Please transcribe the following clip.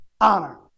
honor